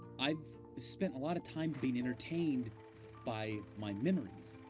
i've spent a lot of time being entertained by my memories,